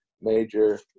major